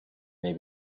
may